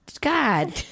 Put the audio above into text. God